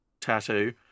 tattoo